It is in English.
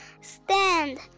stand